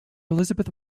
elizabeth